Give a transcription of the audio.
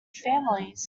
families